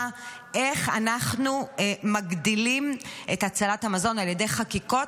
של איך אנחנו מגדילים את הצלת המזון על ידי חקיקות,